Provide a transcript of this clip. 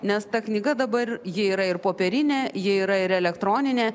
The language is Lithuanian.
nes ta knyga dabar ji yra ir popierinė ji yra ir elektroninė